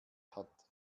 hat